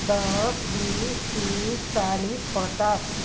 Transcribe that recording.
दस बिस तिस चालिस पचास